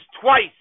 twice